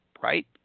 right